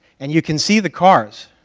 and you can see the cars